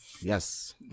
Yes